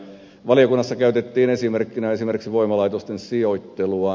valiokunnassa käytettiin esimerkkinä voimalaitosten sijoittelua